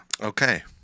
Okay